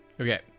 Okay